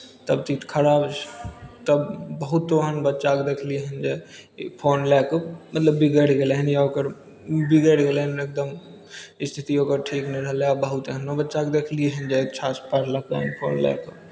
तब तऽ ई खराब छै तब बहुत ओहन बच्चाकेँ देखलियै हन जे ई फोन लए कऽ मतलब बिगड़ि गेलै हन या ओकर बिगड़ि गेलै हन एकदम स्थिति ओकर ठीक नहि रहलै बहुत एहनो बच्चाकेँ देखलियै हइ जे अच्छासँ पढ़लक फोन लए कऽ